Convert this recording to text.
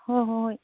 ꯍꯣꯏ ꯍꯣꯏ ꯍꯣꯏ